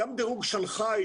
גם דירוג שנגחאי,